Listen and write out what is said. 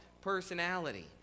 personality